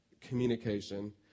communication